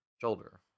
shoulder